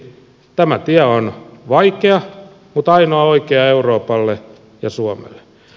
tämä tie on vaikea mutta ainoa oikea euroopalle ja suomelle